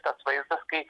tas vaizdas kai